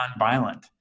nonviolent